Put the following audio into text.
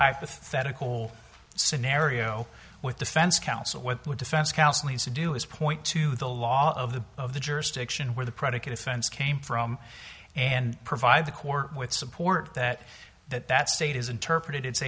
hypothetical scenario with defense counsel what the defense counsel has to do is point to the law of the of the jurisdiction where the predicate offense came from and provide the court with support that that that state has interpreted it